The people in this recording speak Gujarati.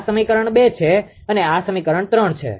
આ સમીકરણ 2 છે અને આ સમીકરણ 3 છે